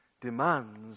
Demands